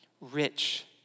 rich